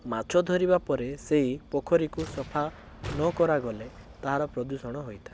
ମାଛ ଧରିବା ପରେ ସେହି ପୋଖରୀକୁ ସଫା ନ କରାଗଲେ ତାହାର ପ୍ରଦୂଷଣ ହୋଇଥାଏ